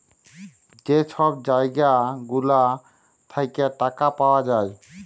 যে ছব জায়গা গুলা থ্যাইকে টাকা পাউয়া যায়